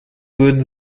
würden